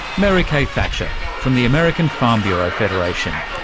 mary kay thatcher from the american farm bureau federation.